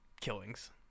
killings